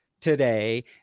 today